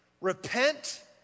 repent